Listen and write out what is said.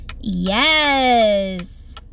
Yes